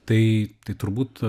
tai tai turbūt